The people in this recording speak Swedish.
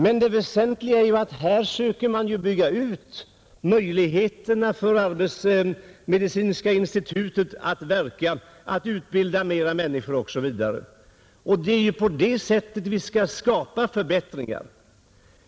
Men det väsentliga är att man söker bygga ut möjligheterna för arbetsmedicinska institutet att verka, att utbilda fler människor osv. Det är ju på det sättet vi skall skapa förbättringar.